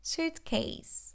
Suitcase